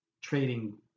trading